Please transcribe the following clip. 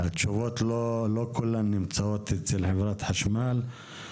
התשובות לא כולן נמצאות אצל חברת חשמל.